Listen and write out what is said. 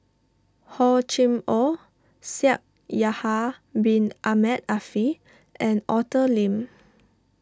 Hor Chim or Shaikh Yahya Bin Ahmed Afifi and Arthur Lim